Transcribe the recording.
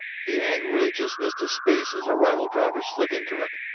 he angrily just missed a space as a rival driver slid into it.